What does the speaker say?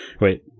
Wait